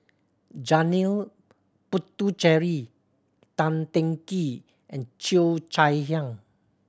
Janil Puthucheary Tan Teng Kee and Cheo Chai Hiang